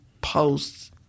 posts